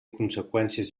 conseqüències